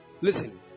Listen